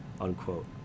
unquote